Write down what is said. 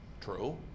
True